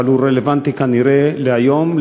אבל הוא רלוונטי כנראה להיום,